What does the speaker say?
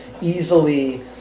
easily